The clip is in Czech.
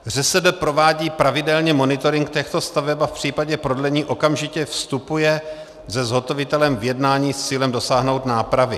ŘSD provádí pravidelně monitoring těchto staveb a v případě prodlení okamžitě vstupuje se zhotovitelem v jednání s cílem dosáhnout nápravy.